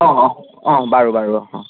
অ অ অ বাৰু বাৰু অ অ